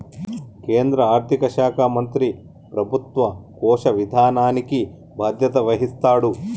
కేంద్ర ఆర్థిక శాఖ మంత్రి ప్రభుత్వ కోశ విధానానికి బాధ్యత వహిస్తాడు